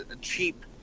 cheap